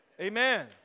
Amen